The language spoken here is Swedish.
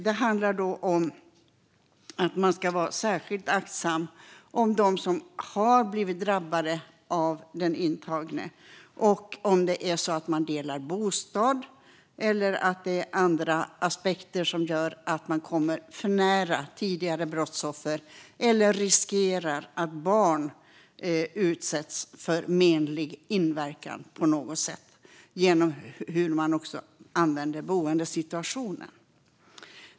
Det handlar om att man ska vara särskilt aktsam om dem som har blivit drabbade av den intagne om det är så att de delar bostad, om det finns andra aspekter som gör att den intagne kommer för nära tidigare brottsoffer eller om det finns risk att barn på något sätt utsätts för menlig inverkan genom boendesituationen.